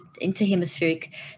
inter-hemispheric